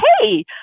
hey